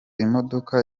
imodoka